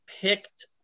picked